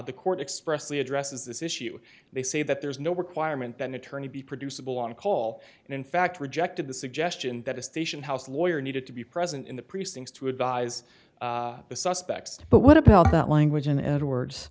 the court expressly addresses this issue they say that there is no requirement that an attorney be producible on cole and in fact rejected the suggestion that a station house lawyer needed to be present in the precincts to advise the suspects but what about that language and edwards